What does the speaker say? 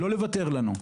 לא לוותר לנו,